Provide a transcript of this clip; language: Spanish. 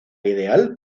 ideal